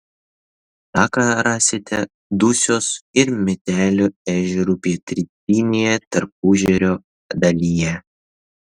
taką rasite dusios ir metelio ežerų pietrytinėje tarpuežerio dalyje